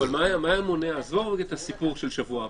יעקב, עזוב את הסיפור של שבוע הבא.